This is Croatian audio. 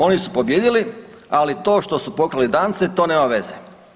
Oni su pobijedili, ali to što su pokrali Dance to nema veze.